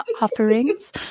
Offerings